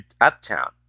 uptown